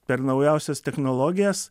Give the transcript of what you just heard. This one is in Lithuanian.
per naujausias technologijas